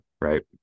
right